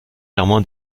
germain